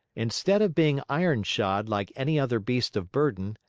instead of being iron-shod like any other beast of burden,